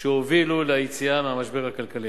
שהובילו ליציאה מהמשבר הכלכלי.